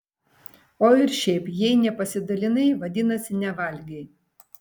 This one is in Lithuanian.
o ir šiaip jei nepasidalinai vadinasi nevalgei